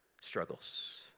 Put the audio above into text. struggles